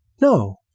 No